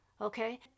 Okay